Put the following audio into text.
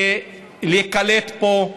להיקלט פה,